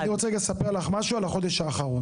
אני רוצה רגע לספר לך משהו על החודש האחרון.